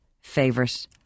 favorite